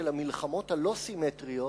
של המלחמות הלא-סימטריות,